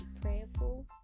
prayerful